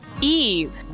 Eve